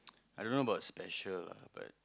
I don't know about special lah but